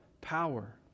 power